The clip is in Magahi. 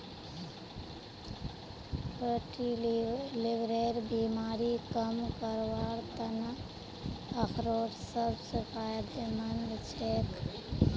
फैटी लीवरेर बीमारी कम करवार त न अखरोट सबस फायदेमंद छेक